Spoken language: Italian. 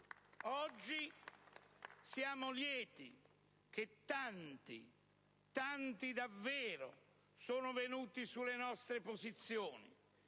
Oggi siamo lieti che tanti - tanti davvero - siano venuti sulle nostre posizioni